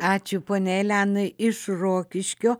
ačiū pone elenai iš rokiškio